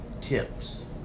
tips